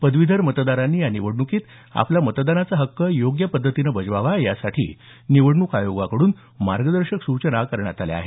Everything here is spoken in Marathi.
पदवीधर मतदारांनी या निवडणुकीत आपला मतदानाचा हक्क योग्य पद्धतीने बजवावा यासाठी निवडणूक आयोगाकडून मार्गदर्शक सुचना करण्यात आल्या आहेत